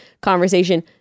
conversation